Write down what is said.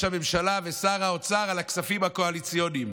הממשלה ושר האוצר על הכספים הקואליציוניים.